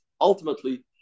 ultimately